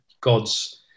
God's